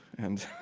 and